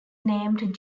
named